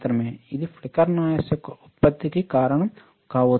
ఇది flicker noise యొక్క ఉత్పత్తికి కారణం కావచ్చు